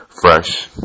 fresh